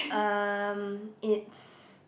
um it's